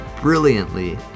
brilliantly